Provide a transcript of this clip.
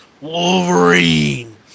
Wolverine